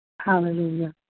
Hallelujah